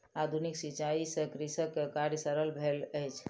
आधुनिक सिचाई से कृषक के कार्य सरल भेल अछि